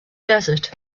desert